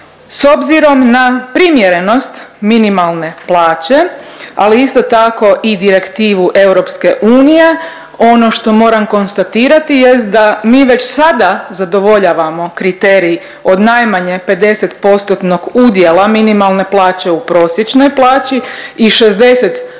S obzirom na primjerenost minimalne plaće, ali isto tako i direktivu EU ono što moram konstatirati jest da mi već sada zadovoljavamo kriterij od najmanje 50%-tnog udjela minimalne plaće u prosječnoj plaći i